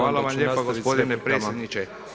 Hvala vam lijepa gospodine predsjedniče.